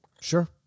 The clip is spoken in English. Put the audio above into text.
Sure